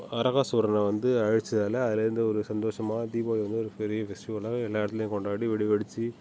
அரகாசூரரனை வந்து அழிச்சதால் அதுலேர்ந்து ஒரு சந்தோஷமாக தீபாவளியை வந்து ஒரு பெரிய ஃபெஸ்டிவலாக எல்லா இடத்துலியும் கொண்டாடி வெடி வெடிச்சு